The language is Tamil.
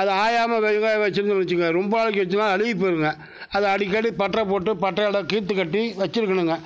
அதை ஆயாமல் வைச்சோம்ன்னு வைச்சுக்கங்க ரொம்ப நாளைக்கு வைச்சோம்ன்னா அழுகி போயிடுங்க அதை அடிக்கடி பட்றை போட்டு பட்றையால் கீற்றுக்கட்டி வச்சுருக்கணுங்க